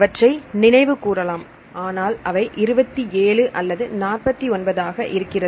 அவற்றை நினைவு கூறலாம் ஆனால் அவை 27 அல்லது 49 ஆக இருக்கிறது